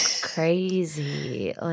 crazy